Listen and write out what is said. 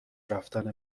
رفتن